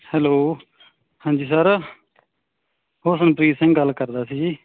hello ਹਾਂਜੀ sir Husanpreet Singh ਗੱਲ ਕਰਦਾ ਸੀ ਜੀ